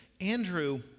Andrew